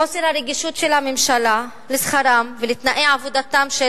חוסר הרגישות של הממשלה לשכרם ולתנאי עבודתם של